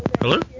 Hello